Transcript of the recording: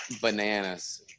bananas